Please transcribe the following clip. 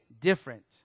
different